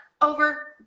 over